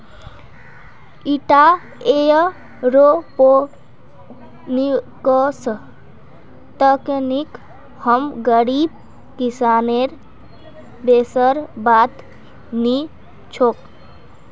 ईटा एयरोपोनिक्स तकनीक हम गरीब किसानेर बसेर बात नी छोक